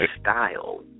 style